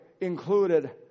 included